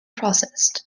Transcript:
processed